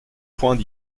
point